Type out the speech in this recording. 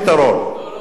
מה הסיבה?